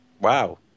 Wow